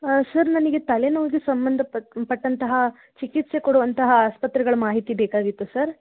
sir ನನಗೆ ತಲೆನೋವಿಗೆ ಸಂಬಂಧಪಟ್ಟ ಪಟ್ಟಂತಹ ಚಿಕಿತ್ಸೆ ಕೊಡುವಂತಹ ಆಸ್ಪತ್ರೆಗಳ ಮಾಹಿತಿ ಬೇಕಾಗಿತ್ತು ಸರ್